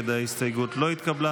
ההסתייגות לא התקבלה.